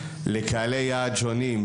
לקהלי יעד שונים,